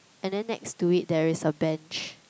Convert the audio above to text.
and then next to it there is a bench